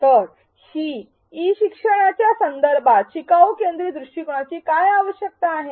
तर ई शिक्षणाच्या संदर्भात शिकाऊ केंद्रीत दृष्टिकोनाची काय आवश्यकता आहे